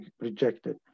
rejected